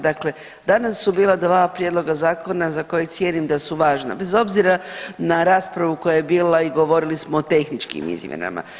Dakle, danas su bila dva prijedloga zakona za koja cijenim da su važna bez obzira na raspravu koja je bila i govorili smo o tehničkim izmjenama.